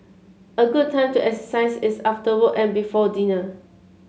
a good time to exercise is after work and before dinner